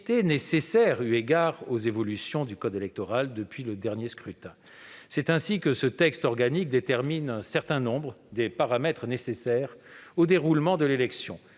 nécessaire au regard des évolutions du code électoral depuis le dernier scrutin. C'est ainsi que ce texte organique détermine un certain nombre des paramètres nécessaires au déroulement de l'élection